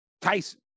tyson